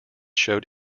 showed